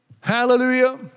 Hallelujah